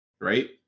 right